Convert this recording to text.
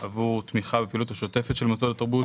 עבור התמיכה בפעילות השוטפת של מוסדות התרבות,